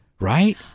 Right